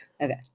Okay